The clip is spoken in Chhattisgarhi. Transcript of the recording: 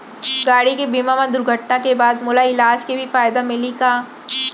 गाड़ी के बीमा मा दुर्घटना के बाद मोला इलाज के भी फायदा मिलही का?